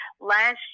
Last